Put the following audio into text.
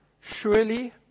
Surely